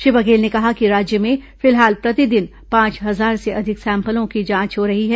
श्री बघेल ने कहा कि राज्य में फिलहाल प्रतिदिन पांच हजार से अधिक सैंपलों की जांच हो रही है